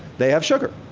they have sugar.